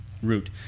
Root